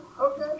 okay